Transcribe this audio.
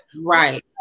right